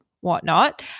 whatnot